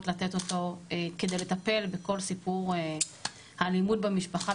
לתת אותו כדי לטפל בכל סיפור האלימות במשפחה,